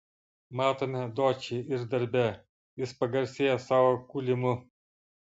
matome dočį ir darbe jis pagarsėja savo kūlimu